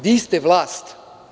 Vi ste vlast.